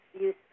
use